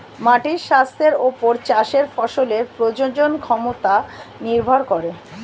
মাটির স্বাস্থ্যের ওপর চাষের ফসলের প্রজনন ক্ষমতা নির্ভর করে